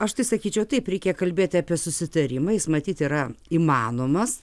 aš tai sakyčiau taip reikia kalbėti apie susitarimą jis matyt yra įmanomas